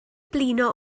blino